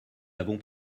avons